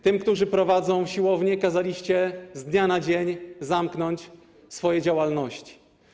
Tym, którzy prowadzą siłownie, kazaliście z dnia na dzień zamknąć swoje działalności.